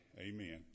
amen